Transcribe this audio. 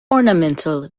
ornamental